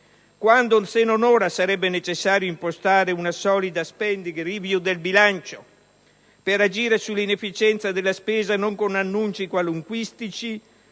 Quando, se non ora, sarebbe necessario impostare una solida *spending review* del bilancio per agire sull'inefficienza della spesa, non con annunci qualunquistici